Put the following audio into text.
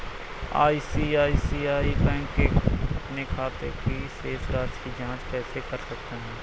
मैं आई.सी.आई.सी.आई बैंक के अपने खाते की शेष राशि की जाँच कैसे कर सकता हूँ?